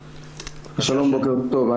שלום, בוקר טוב.